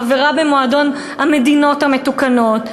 חברה במועדון המדינות המתוקנות.